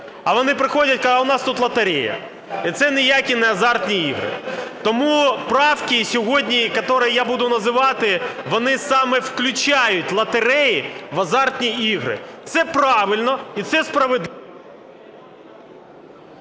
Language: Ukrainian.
А вони приходять, кажуть: а у нас тут лотерея, і це ніякі не азартні ігри. Тому правки сьогодні, які я буду називати, вони саме включають лотереї в азартні ігри. Це правильно. І це справедливо…